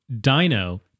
dino